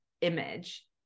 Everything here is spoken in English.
image